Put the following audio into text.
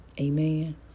Amen